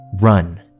Run